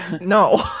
No